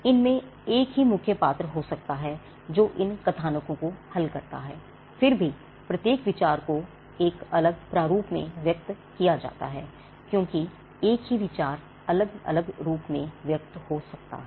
इनमें एक ही मुख्य पात्र हो सकता है जो इन कथानकों को हल करता है फिर भी प्रत्येक विचार को एक अलग प्रारूप में व्यक्त किया जाता है क्योंकि एक ही विचार अलग अलग रूप में व्यक्त हो सकता है